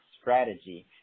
Strategy